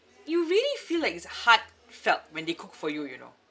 you really feel like it's heartfelt when they cook for you you know